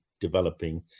developing